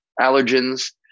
allergens